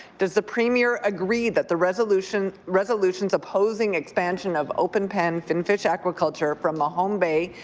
does the premier agree that the resolutions resolutions opposing expansion of open pens and fish aqua culture from mahone bay,